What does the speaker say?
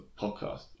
podcast